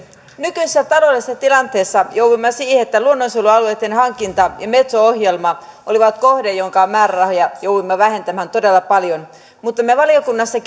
nykyisessä taloudellisessa tilanteessa joudumme siihen että luonnonsuojelualueitten hankinta ja metso ohjelma olivat kohde jonka määrärahoja jouduimme vähentämään todella paljon mutta me valiokunnassa